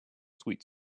sweet